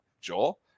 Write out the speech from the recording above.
Joel